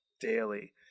daily